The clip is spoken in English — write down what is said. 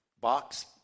box